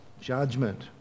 judgment